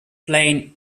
plain